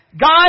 God